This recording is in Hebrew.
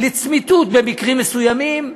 לצמיתות במקרים מסוימים,